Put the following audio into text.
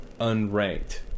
unranked